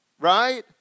Right